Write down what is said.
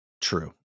true